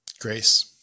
Grace